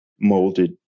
molded